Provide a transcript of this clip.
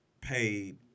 paid